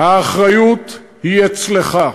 האחריות היא אצלך.